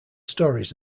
stories